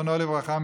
זיכרונו לברכה,